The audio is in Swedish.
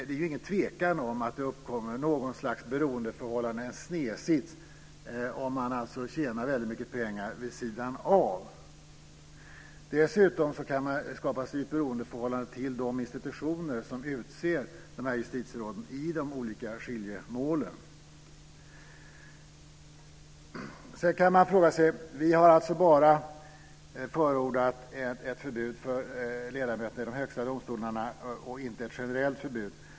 Det är ingen tvekan om att det uppkommer något slags beroendeförhållande, en snedsits, om man tjänar väldigt mycket pengar vid sidan av. Dessutom kan man skapa sig ett beroendeförhållande till de institutioner som utser justitieråd i de olika skiljemålen. Vi har alltså förordat ett förbud bara för ledamöter i de högsta domstolarna och inte ett generellt förbud.